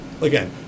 again